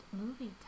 movie